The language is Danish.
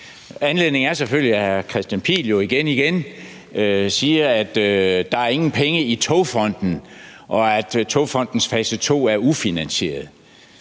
Anledningen er selvfølgelig, at hr. Kristian Pihl Lorentzen jo igen-igen siger, at der ikke er nogen penge i Togfonden DK, og at Togfonden DK's fase to er ufinansieret.